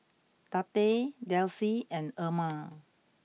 Tate Delcie and Erma